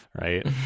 right